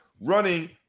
running